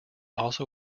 also